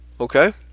Okay